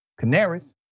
Canaris